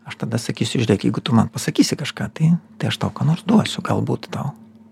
aš tada sakysiu žiūrėk jeigu tu man pasakysi kažką tai tai aš tau ką nors duosiu galbūt tau